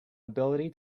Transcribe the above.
ability